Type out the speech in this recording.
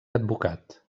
advocat